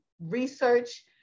research